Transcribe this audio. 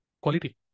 Quality